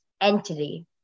entity